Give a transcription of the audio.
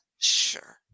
sure